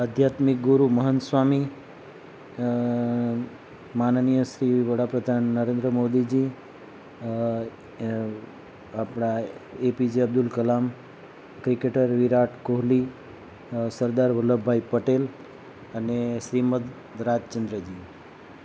આધ્યાત્મિક ગુરુ મહંત સ્વામી માનનીય શ્રી વડાપ્રધાન નરેન્દ્ર મોદીજી આપણા A P J Abdul Kalam cricketer Virat Kohli Sardar Vallabhbhai Patel અને શ્રીમદ રાજચંદ્રજી